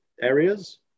areas